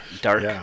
dark